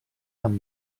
amb